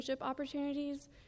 opportunities